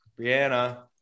Brianna